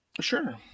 Sure